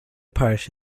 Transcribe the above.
part